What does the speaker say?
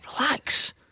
Relax